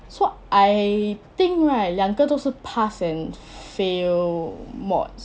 so I think right 两个都是 pass and fail mods